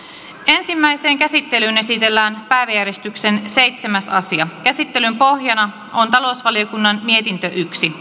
ensimmäiseen käsittelyyn esitellään päiväjärjestyksen seitsemäs asia käsittelyn pohjana on talousvaliokunnan mietintö yksi